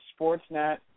Sportsnet